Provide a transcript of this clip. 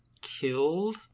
killed